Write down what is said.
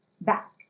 back